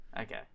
Okay